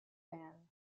band